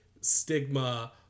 stigma